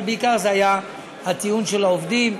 אבל בעיקר זה היה הטיעון של העובדים,